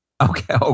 Okay